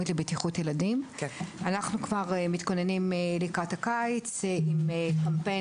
אנחנו כבר מתכוננים לקראת הקיץ עם קמפיין